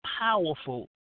powerful